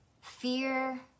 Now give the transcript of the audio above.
fear